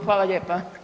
Hvala lijepa.